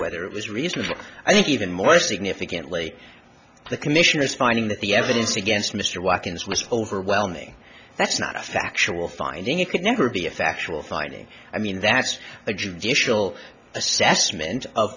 whether it was reasonable i think even more significantly the commission is finding that the evidence against mr watkins was overwhelming that's not a factual finding it could never be a factual finding i mean that's a judicial assessment of